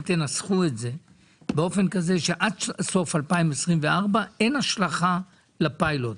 תנסחו את זה באופן כזה שעד סוף 2024 אין השלכה לפיילוט,